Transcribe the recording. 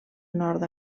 nord